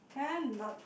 can but